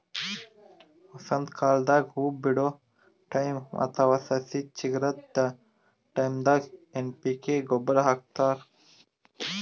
ವಸಂತಕಾಲದಾಗ್ ಹೂವಾ ಬಿಡೋ ಟೈಮ್ ಅಥವಾ ಸಸಿ ಚಿಗರದ್ ಟೈಂದಾಗ್ ಎನ್ ಪಿ ಕೆ ಗೊಬ್ಬರ್ ಹಾಕ್ತಾರ್